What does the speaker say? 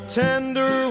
tender